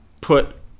put –